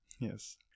yes